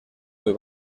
muy